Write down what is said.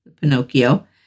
Pinocchio